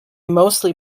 mostly